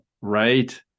Right